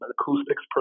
acoustics